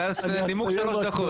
זה היה נימוק שלוש דקות.